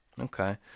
Okay